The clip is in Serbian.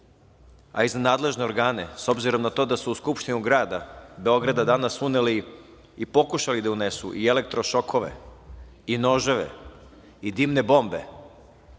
a i za nadležne organe, obzirom na to da su u Skupštinu grada Beograda danas uneli i pokušali da unesu i elektro šokove i noževe i dimne bombe.